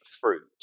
fruit